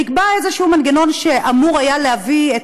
נקבע איזשהו מנגנון שאמור היה להביא את